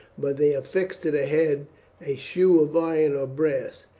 but they affix to the head a shoe of iron or brass.